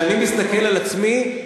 כשאני מסתכל על עצמי,